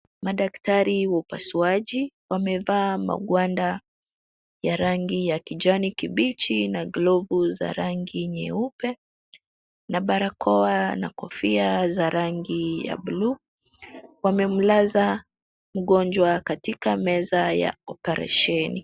Madaktari wa upasuaji wamevaa magwanda ya rangi ya kijani kibichi na glovu za rangi nyeupe na barakoa na kofia za rangi ya blue . Wamemlaza mgonjwa katika meza ya oparesheni .